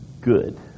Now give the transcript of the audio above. good